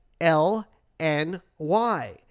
L-N-Y